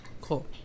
Cool